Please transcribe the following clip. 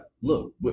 look